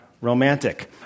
romantic